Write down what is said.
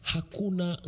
Hakuna